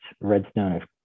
redstone